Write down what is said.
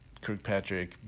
Kirkpatrick